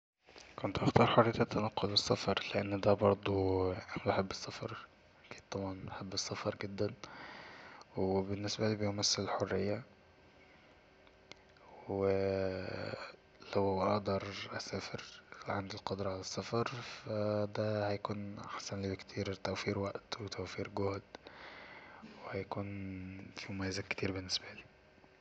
كنت هختار حرية التنقل والسفر لأن دا برضو انا بحب السفر أكيد طبعا بحب السفر جدا وبالنسبالي بيمثل الحرية و لو اقدر أسافر لو عندي القدرة على السفر ف دا هيكون احسنلي بكتير توفير وقت وتوفير جهد وهيكون ليه مميزات كتير بالنسبالي